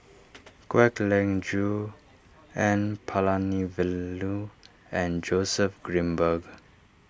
Kwek Leng Joo N Palanivelu and Joseph Grimberg